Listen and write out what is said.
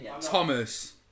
Thomas